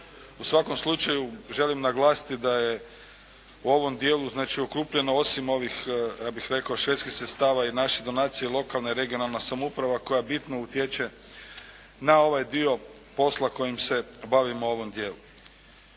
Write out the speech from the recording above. U svakom slučaju želim naglasiti da je u ovom dijelu znači okrupljeno osim ovih ja bih rekao švedskih sredstava i naše donacije, lokalna i regionalna samouprava koja bitno utječe na ovaj dio posla kojim se bavimo u ovom dijelu.